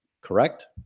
correct